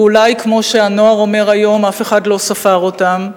ואולי, כמו שהנוער אומר היום, אף אחד לא ספר אותם,